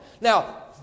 Now